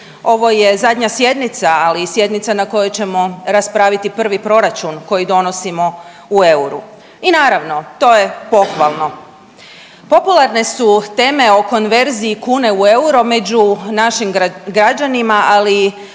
ovo je zadnja sjednica, ali i sjednica na kojoj ćemo raspraviti prvi proračun koji donosimo u euru i naravno to je pohvalno. Popularne su teme o konverziji kune u euro među našim građanima, ali